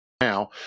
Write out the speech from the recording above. now